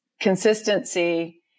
consistency